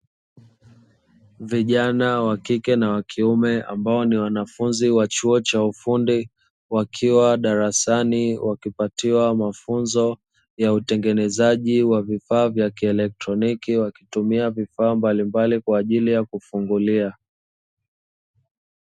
Vijana wakike na wakiume ambao ni wanafunzi wa chuo cha ufundi, wakiwa darasani wakipatiwa mafunzo ya utengenezaji wa vifaa vya kielekroniki, wakitumia vifaa mbalimbali kwa ajili ya kufungulia.